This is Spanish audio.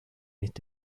este